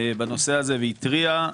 בנושא הזה והתריע.